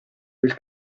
del